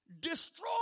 destroy